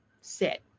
sit